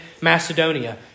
Macedonia